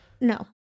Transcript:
No